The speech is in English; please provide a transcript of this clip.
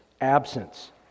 absence